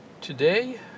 today